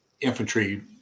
infantry